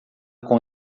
com